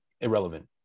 irrelevant